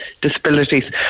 disabilities